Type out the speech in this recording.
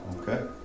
okay